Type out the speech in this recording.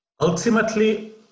Ultimately